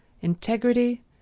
integrity